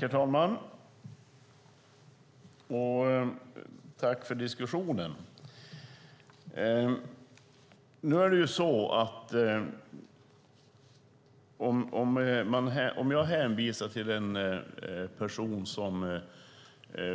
Herr talman! Jag tackar för diskussionen. Den person jag hänvisar till